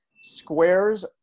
squares